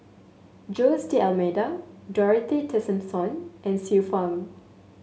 Jose D'Almeida Dorothy Tessensohn and Xiu Fang